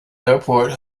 airport